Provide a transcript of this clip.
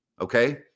Okay